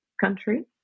country